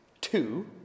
two